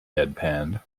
deadpanned